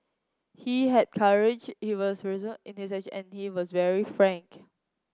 he had courage he was resolute in his action and he was very frank